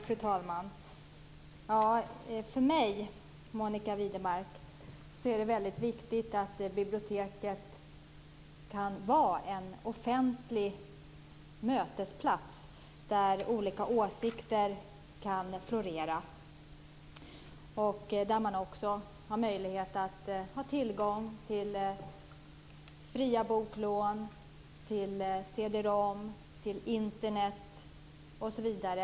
Fru talman! För mig är det, Monica Widnemark, viktigt att biblioteket kan vara en offentlig mötesplats där olika åsikter kan florera och där man har tillgång till fria boklån, till cd-rom, till Internet osv.